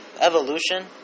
evolution